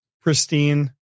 pristine